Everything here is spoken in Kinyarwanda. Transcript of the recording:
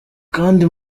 kandi